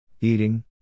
eating